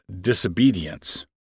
disobedience